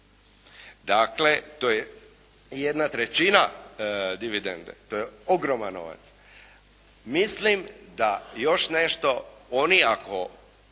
Dakle, to je jedna trećina dividende. To je ogroman novac. Mislim da, još nešto, oni ako